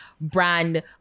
brand